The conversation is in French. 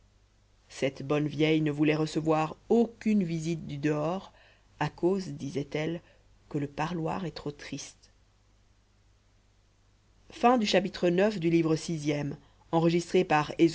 cette bonne vieille ne voulait recevoir aucune visite du dehors à cause disait-elle que le parloir est trop triste